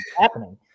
happening